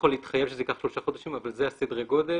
איני יכול להתחייב שזה ייקח שלושה חודשים אבל זה סדר הגודל,